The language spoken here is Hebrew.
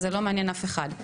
אז זה לא מעניין אף אחד.